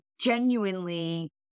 genuinely